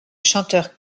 chanteur